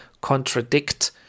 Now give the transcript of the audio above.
contradict